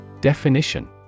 Definition